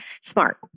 smart